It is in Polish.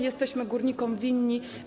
Jesteśmy górnikom to winni.